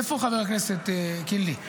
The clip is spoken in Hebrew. איפה חבר הכנסת קינלי?